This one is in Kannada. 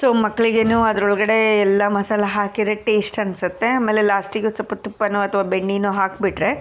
ಸೊ ಮಕ್ಕಳಿಗೇನು ಅದ್ರೊಳಗಡೆ ಎಲ್ಲ ಮಸಾಲೆ ಹಾಕಿದರೆ ಟೇಸ್ಟ್ ಅನ್ಸುತ್ತೆ ಆಮೇಲೆ ಲಾಸ್ಟಿಗೆ ಒಂದು ಸ್ವಲ್ಪ ತುಪ್ಪನೋ ಅಥವಾ ಬೆಣ್ಣೆನೋ ಹಾಕಿಬಿಟ್ರೆ